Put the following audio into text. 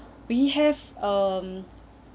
we have um